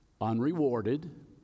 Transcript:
unrewarded